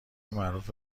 معروف